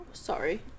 Sorry